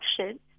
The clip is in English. action